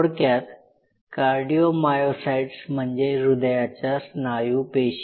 थोडक्यात कार्डिओमायोसाइट्स म्हणजे हृदयाच्या स्नायूपेशी